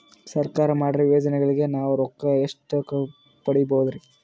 ಸರ್ಕಾರ ಮಾಡಿರೋ ಯೋಜನೆಗಳಿಗೆ ನಾವು ರೊಕ್ಕ ಎಷ್ಟು ಪಡೀಬಹುದುರಿ?